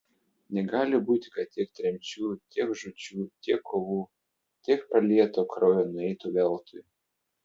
negali būti kad tiek tremčių tiek žūčių tiek kovų tiek pralieto kraujo nueitų veltui